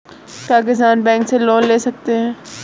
क्या किसान बैंक से लोन ले सकते हैं?